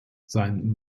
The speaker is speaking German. sein